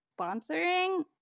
sponsoring